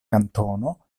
kantono